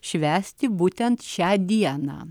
švęsti būtent šią dieną